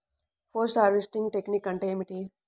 Post harvesting technique అంటే ఏమిటీ?